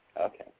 Okay